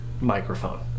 microphone